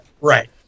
right